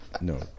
no